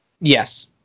Yes